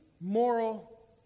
moral